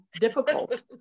difficult